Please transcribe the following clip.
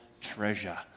treasure